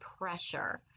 pressure